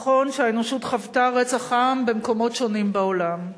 נכון שהאנושות חוותה רצח עם במקומות שונים בעולם,